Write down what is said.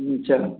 नीचा